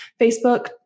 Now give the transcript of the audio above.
Facebook